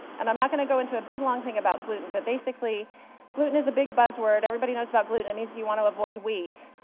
and i'm not going to go into a big long thing about gluten, but basically gluten is a big buzz word, everybody knows about gluten, it means you want to avoid wheat.